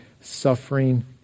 suffering